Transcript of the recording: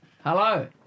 hello